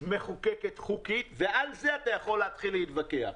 מחוקקת חוקית, ועל זה אתה יכול להתחיל להתווכח.